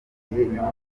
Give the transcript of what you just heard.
imibonano